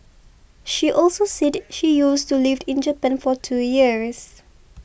she also said she used to lived in Japan for two years